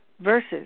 versus